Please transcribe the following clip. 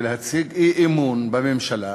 שמציגים אי-אמון בממשלה